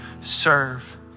serve